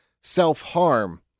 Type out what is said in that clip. self-harm